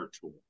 tool